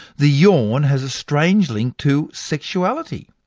the yawn has a strange link to sexuality.